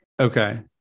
Okay